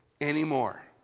anymore